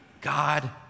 God